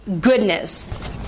goodness